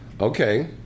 okay